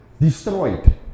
Destroyed